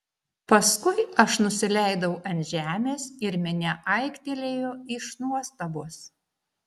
paskui aš nusileidau ant žemės ir minia aiktelėjo iš nuostabos